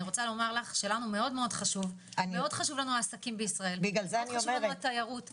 לנו מאוד חשובים העסקים והתיירות בישראל.